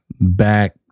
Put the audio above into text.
back